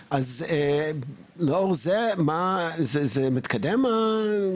השאלה שלי: עכשיו, כשתקבל את המנחת, מה יהיה שם?